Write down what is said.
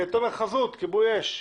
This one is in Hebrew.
בבקשה, תומר חזות, כיבוי אש.